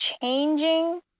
changing